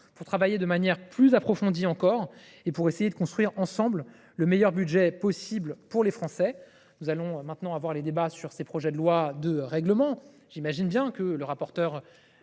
pour travailler de manière plus approfondie et pour essayer de construire ensemble le meilleur budget possible pour les Français. Nous allons à présent débattre de ces projets de loi de règlement. J’imagine que M. le rapporteur